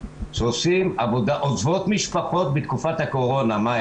שעוזבים משפחות בתקופת הקורונה- מה,